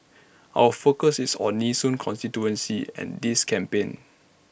our focus is on Nee soon constituency and this campaign